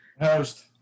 host